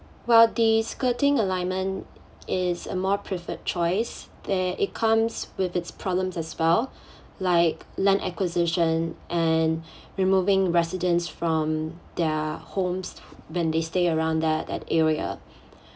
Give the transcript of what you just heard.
well the skirting alignment is a more preferred choice there it comes with its problems as well like land acquisition and removing residents from their homes when they stay around that that area